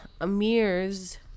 Amirs